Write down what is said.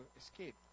escape